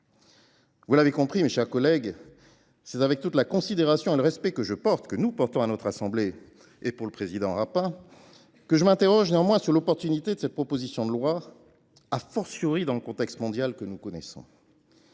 Vous l’aurez compris, mes chers collègues, avec toute la considération et le respect que je porte, comme vous tous, à notre assemblée et au président Rapin, je m’interroge néanmoins sur l’opportunité de cette proposition de loi, dans le contexte mondial que nous connaissons.